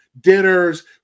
dinners